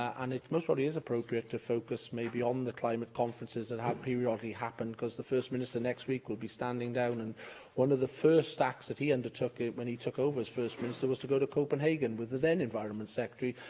it most probably is appropriate to focus maybe on the climate conferences that have periodically happened, because the first minister next week will be standing down, and one of the first acts that he undertook when he took over as first minister was to go to copenhagen with the then environment secretary,